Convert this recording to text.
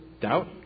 doubt